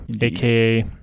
aka